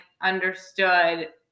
understood